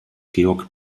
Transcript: georg